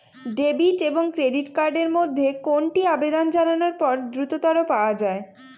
Debit এবং credit card এর মধ্যে কোনটি আবেদন জানানোর পর দ্রুততর পাওয়া য়ায়?